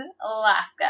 Alaska